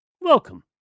Welcome